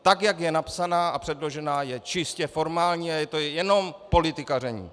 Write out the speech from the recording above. Tak jak je napsaná a předložená, je čistě formální a je to jenom politikaření.